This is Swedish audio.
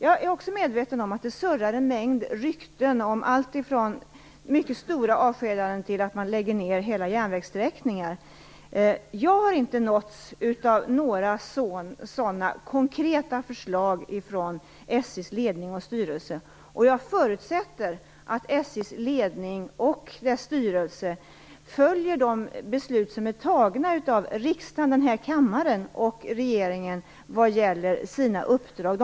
Jag är också medveten om att det surrar en mängd rykten om allt ifrån mycket stora avskedanden till att man lägger ned hela järnvägsträckningar. Jag har inte nåtts av några sådana konkreta förslag från SJ:s ledning och styrelse. Jag förutsätter att SJ:s ledning och dess styrelse följer de beslut som är fattade av riksdagen och regeringen vad gäller sina uppdrag.